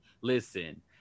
listen